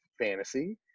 fantasy